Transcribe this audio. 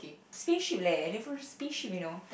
spaceship leh they from spaceship you know